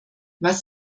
was